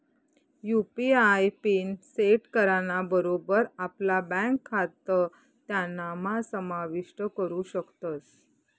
UPI pin set कराना बरोबर आपला ब्यांक खातं त्यानाम्हा समाविष्ट करू शकतस